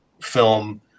film